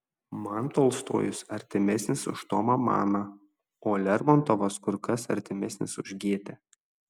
man tolstojus artimesnis už tomą maną o lermontovas kur kas artimesnis už gėtę